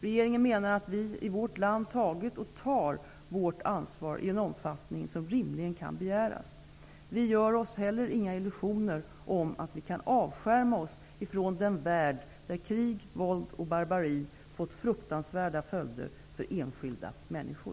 Regeringen menar att vi i vårt land tagit och tar vårt ansvar i en omfattning som rimligen kan begäras. Vi gör oss heller inga illusioner om att vi kan avskärma oss från den värld där krig, våld och barbari fått fruktansvärda följder för enskilda människor.